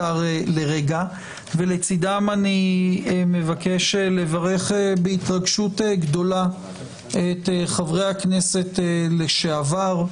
ולצידם אני מבקש לברך בהתרגשות גדולה את חברי הכנסת לשעבר,